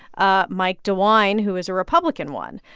ah mike dewine, who is a republican, won.